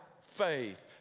faith